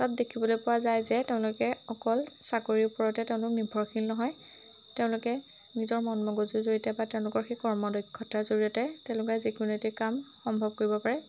তাত দেখিবলৈ পোৱা যায় যে তেওঁলোকে অকল চাকৰিৰ ওপৰতে তেওঁলোক নিৰ্ভৰশীল নহয় তেওঁলোকে নিজৰ মন মগজুৰ জৰিয়তে বা তেওঁলোকৰ সেই কৰ্ম দক্ষতাৰ জৰিয়তে তেওঁলোকে যিকোনো এটি কাম সম্ভৱ কৰিব পাৰে